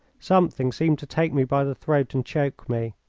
something seemed to take me by the throat and choke me.